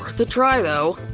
worth a try though.